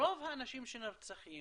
רוב האנשים שנרצחים,